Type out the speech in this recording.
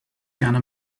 gonna